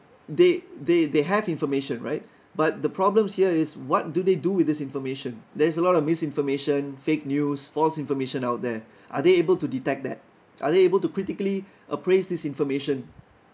they they they have information right but the problems here is what do they do with this information there's a lot of misinformation fake news false information out there are they able to detect that are they able to critically appraised this information